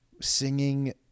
singing